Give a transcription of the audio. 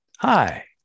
Hi